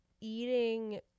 eating